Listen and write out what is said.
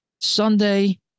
Sunday